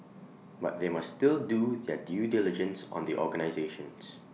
but they must still do their due diligence on the organisations